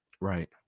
right